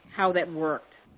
how that worked.